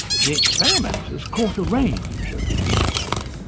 the experimenters caught a range of these males.